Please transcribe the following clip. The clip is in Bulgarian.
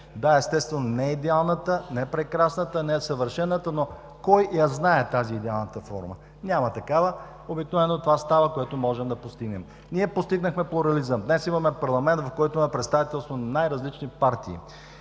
Да, естествено, не идеалната, не прекрасната, не съвършената, но кой я знае идеалната форма? Няма такава. Обикновено става това, което можем да постигнем. Ние постигнахме плурализъм. Днес имаме парламент, в който има представителство на най-различни партии.